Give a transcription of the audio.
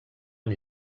amb